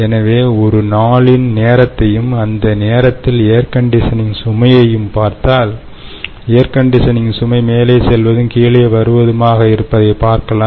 எனவே ஒரு நாளின் நேரத்தையும் அந்த நேரத்தில் ஏர்கண்டிஷனிங் சுமையையும் பார்த்தால் ஏர்கண்டிஷனிங் சுமை மேலே செல்வதும் கீழே வருவதும்ஆக இருப்பதை பார்க்கலாம்